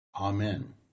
Amen